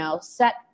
set